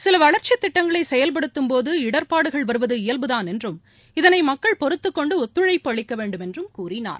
சில வளர்ச்சித் திட்டங்களை செயல்படுத்தும்போது இடர்பாடுகள் வருவது இயல்புதான் என்றும் இதனை மக்கள் பொறுத்துக்கொண்டு ஒத்துழைப்பு அளிக்க வேண்டும் என்றும் கூறினார்